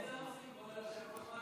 איזה נושאים, כבוד היושב-ראש?